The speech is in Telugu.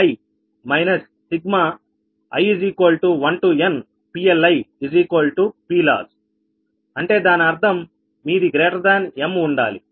i1mPgi i1nPLiPloss అంటే దాని అర్థం మీది m ఉండాలి